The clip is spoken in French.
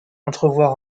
entrevoir